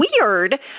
weird